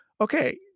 okay—